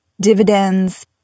dividends